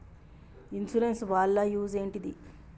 Insurance వాళ్ల use ఏంటిది?